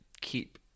keep